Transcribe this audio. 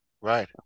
Right